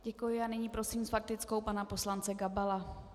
Děkuji a nyní prosím s faktickou pana poslance Gabala.